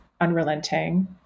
Unrelenting